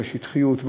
השטחיות,